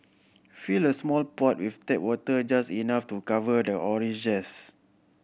fill a small pot with tap water just enough to cover the orange zest